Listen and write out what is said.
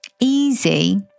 easy